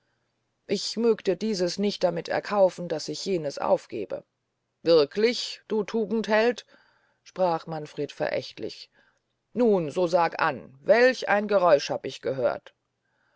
ich mögte dieses nicht damit erkaufen daß ich jenes aufgäbe wirklich du tugendheld sprach manfred verächtlich nun so sag an welch ein geräusch hab ich gehört